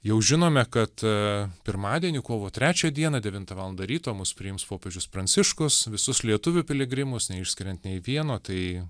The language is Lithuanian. jau žinome kad pirmadienį kovo trečią dieną devintą valandą ryto mus priims popiežius pranciškus visus lietuvių piligrimus neišskiriant nė vieno tai